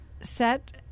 set